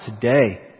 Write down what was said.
today